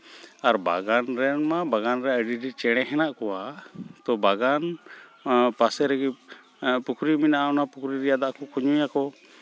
ᱟᱨ ᱵᱟᱜᱟᱱ ᱨᱮᱢᱟ ᱵᱟᱜᱟᱱ ᱨᱮ ᱟᱹᱰᱤ ᱰᱷᱮᱨ ᱪᱮᱬᱮ ᱦᱮᱱᱟᱜ ᱠᱚᱣᱟ ᱛᱳ ᱵᱟᱜᱟᱱ ᱯᱟᱥᱮ ᱨᱮᱜᱮ ᱯᱩᱠᱷᱨᱤ ᱢᱮᱱᱟᱜᱼᱟ ᱚᱱᱟ ᱯᱩᱠᱷᱨᱤ ᱨᱮᱭᱟᱜ ᱫᱟᱜ ᱠᱚᱠᱚ ᱧᱩᱭᱟᱠᱚ